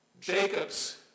Jacob's